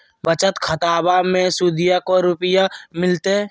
बचत खाताबा मे सुदीया को रूपया मिलते?